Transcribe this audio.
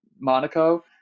Monaco